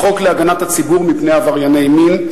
החוק להגנת הציבור מפני עברייני מין,